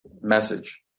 message